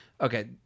Okay